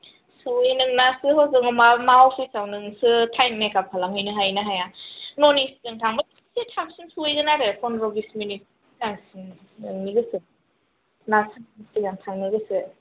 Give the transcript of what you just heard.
सहैनानैसो हजों मा मा अफिसाव नोंसो टाइम मेकआप खालामहैनो हायो ना हाया न'न एसिजों थांब्ला एसे थाबसिन सहैगोन आरो फन्द्र'ह बिस मिनिटसो सिगांसिन नोंनि गोसो माजों बोरै थांनो गोसो